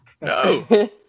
No